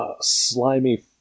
slimy